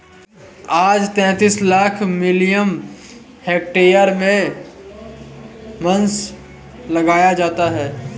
आज तैंतीस lakh million hectare में बांस लगाया जाता है